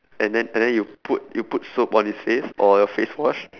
and then and then you put you put soap on his face or a face wash